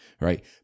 Right